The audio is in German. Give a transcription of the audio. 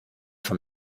von